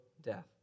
death